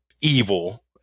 evil